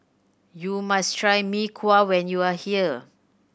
you must try Mee Kuah when you are here